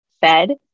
fed